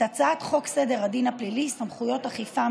הצעת חוק סדר הדין הפלילי (סמכויות אכיפה,